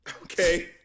Okay